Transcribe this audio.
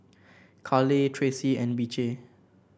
Kaleigh Tracy and Beecher